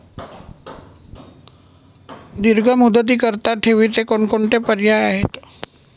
दीर्घ मुदतीकरीता ठेवीचे कोणकोणते पर्याय आहेत?